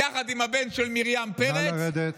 יחד עם הבן של מרים פרץ, נא לרדת.